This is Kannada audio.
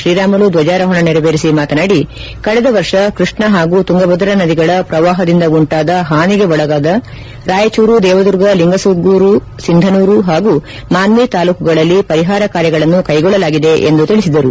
ಶ್ರೀರಾಮುಲು ಧ್ವಜಾರೋಹಣ ನೆರವೇರಿಸಿ ಮಾತನಾಡಿ ಕಳೆದ ವರ್ಷ ಕೃಷ್ಣ ಹಾಗೂ ತುಂಗಭದ್ರಾ ನದಿಗಳ ಪ್ರವಾಹದಿಂದ ಉಂಟಾದ ಹಾನಿಗೆ ಒಳಗಾದ ರಾಯಚೂರು ದೇವದುರ್ಗ ಲಿಂಗಸೂಗೂರು ಸಿಂಧನೂರು ಹಾಗೂ ಮಾನ್ವಿ ತಾಲೂಕುಗಳಲ್ಲಿ ಪರಿಹಾರ ಕಾರ್ಯಗಳನ್ನು ಕೈಗೊಳ್ಳಲಾಗಿದೆ ಎಂದು ತಿಳಿಸಿದರು